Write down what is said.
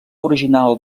original